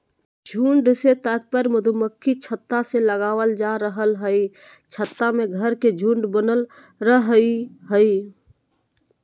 झुंड से तात्पर्य मधुमक्खी छत्ता से लगावल जा रहल हई छत्ता में घर के झुंड बनल रहई हई